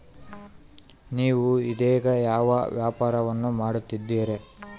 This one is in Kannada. ನೇವು ಇದೇಗ ಯಾವ ವ್ಯಾಪಾರವನ್ನು ಮಾಡುತ್ತಿದ್ದೇರಿ?